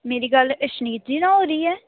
ਮੇਰੀ ਗੱਲ ਅਸ਼ਨੀਤ ਜੀ ਨਾਲ ਹੋ ਰਹੀ ਹੈ